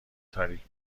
تاریک